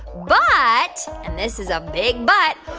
but and this is a big but.